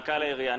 מנכ"ל העירייה.